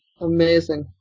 Amazing